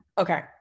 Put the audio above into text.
Okay